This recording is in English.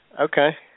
Okay